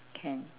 can